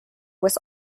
was